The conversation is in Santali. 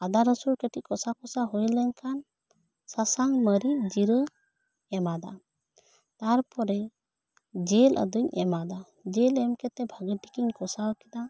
ᱟᱫᱟ ᱨᱟᱹᱥᱩᱱ ᱠᱟᱹᱴᱤᱡ ᱠᱚᱥᱟ ᱠᱚᱥᱟ ᱦᱩᱭ ᱞᱮᱱ ᱠᱷᱟᱱ ᱥᱟᱥᱟᱝ ᱢᱟᱨᱤᱡᱽ ᱡᱤᱨᱟᱹ ᱮᱢᱟᱫᱟ ᱛᱟᱨᱯᱚᱨᱮ ᱡᱤᱞ ᱟᱫᱩᱧ ᱮᱢᱟᱫᱟ ᱡᱤᱞ ᱮᱢ ᱠᱟᱛᱮ ᱵᱷᱟᱹᱜᱤ ᱴᱷᱤᱠ ᱤᱧ ᱠᱚᱥᱟᱣ ᱠᱮᱫᱟ